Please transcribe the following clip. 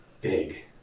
big